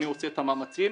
אני עושה את המאמצים,